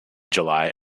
july